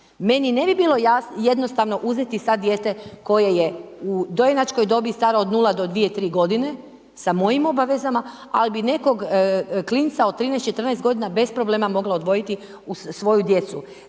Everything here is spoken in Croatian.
Meni ne bi bilo jednostavno uzeti sad dijete koje je u dojenačkoj dobi staro od 0 do 2, 3 godine sa mojim obavezama, ali bi nekog klinca od 13, 14 godina bez problema mogla odgojiti uz svoju djecu.